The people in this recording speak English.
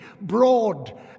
broad